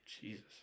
Jesus